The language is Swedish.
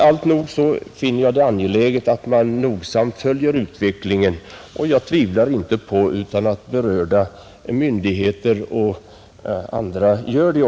Alltnog finner jag det angeläget att man noga följer utvecklingen. Jag tvivlar inte på att berörda myndigheter och andra gör det.